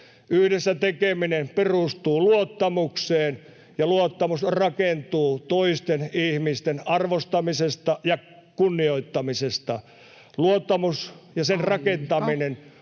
Yhdessä tekeminen perustuu luottamukseen, ja luottamus rakentuu toisten ihmisten arvostamisesta ja kunnioittamisesta. Luottamus ja sen rakentaminen